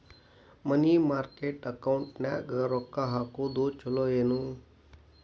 ಮನಿ market ಅಕೌಂಟಿನ್ಯಾಗ ರೊಕ್ಕ ಹಾಕುದು ಚುಲೊ ಏನು